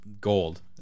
gold